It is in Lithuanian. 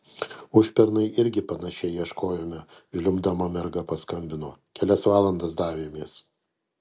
užpernai irgi panašiai ieškojome žliumbdama merga paskambino kelias valandas davėmės